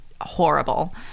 horrible